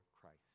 Christ